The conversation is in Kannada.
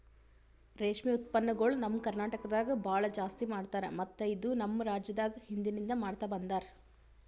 ರೇಷ್ಮೆ ಉತ್ಪನ್ನಗೊಳ್ ನಮ್ ಕರ್ನಟಕದಾಗ್ ಭಾಳ ಜಾಸ್ತಿ ಮಾಡ್ತಾರ ಮತ್ತ ಇದು ನಮ್ ರಾಜ್ಯದಾಗ್ ಹಿಂದಿನಿಂದ ಮಾಡ್ತಾ ಬಂದಾರ್